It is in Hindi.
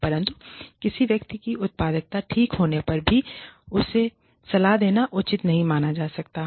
परंतु किसी व्यक्ति की उत्पादकता ठीक होने पर भी उसे सलाह देना उचित नहीं माना जा सकता है